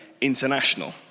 international